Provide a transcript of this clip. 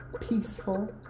peaceful